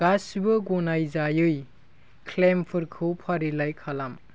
गासैबो गनायजायै क्लैमफोरखौ फारिलाइ खालाम